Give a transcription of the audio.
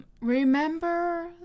Remember